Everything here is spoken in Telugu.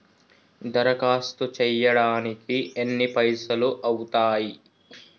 దరఖాస్తు చేయడానికి ఎన్ని పైసలు అవుతయీ?